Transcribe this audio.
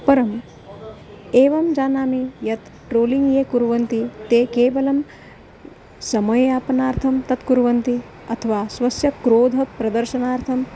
परम् एवं जानामि यत् ट्रोलिङ्ग् ये कुर्वन्ति ते केवलं समययापनार्थं तत् कुर्वन्ति अथवा स्वस्य क्रोधप्रदर्शनार्थं